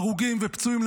הרוגים ופצועים,